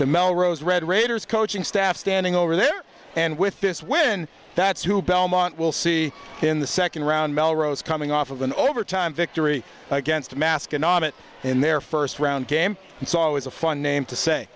the melrose red raiders coaching staff standing over there and with this win that's who belmont will see in the second round melrose coming off of an overtime victory against mascon ahmet in their first round game it's always a fun name to say